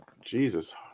Jesus